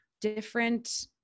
different